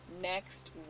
next